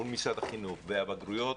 מול משרד החינוך והבגרויות,